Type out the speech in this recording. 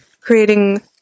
creating